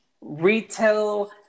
retail